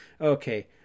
Okay